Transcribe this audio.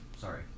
Sorry